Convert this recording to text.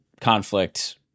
conflict